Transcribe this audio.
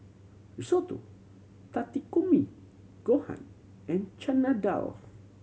Risotto Takikomi Gohan and Chana Dal